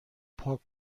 پاک